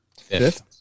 Fifth